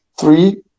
three